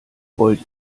wollt